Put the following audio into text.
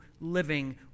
living